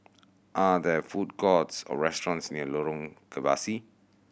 are there food courts or restaurants near Lorong Kebasi